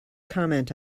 comment